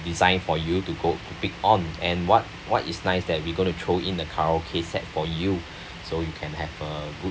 design for you to go pick on and what what is nice that we're going to throw in the karaoke set for you so you can have a good